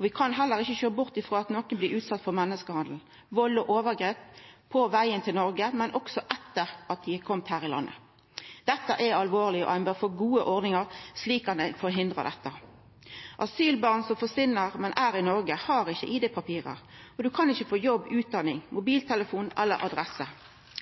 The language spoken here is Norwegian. Vi kan heller ikkje sjå bort frå at nokre blir utsette for menneskehandel, vald og overgrep på veg til Noreg, men også etter at dei er komne hit til landet. Dette er alvorleg, og ein bør få gode ordningar slik at ein forhindrar dette. Asylbarn som forsvinn, men er i Noreg, har ikkje id-papir og kan ikkje få jobb, utdaning, mobiltelefon eller